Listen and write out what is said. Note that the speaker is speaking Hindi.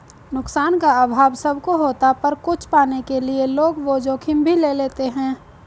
नुकसान का अभाव सब को होता पर कुछ पाने के लिए लोग वो जोखिम भी ले लेते है